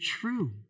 true